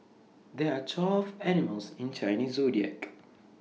there are twelve animals in Chinese Zodiac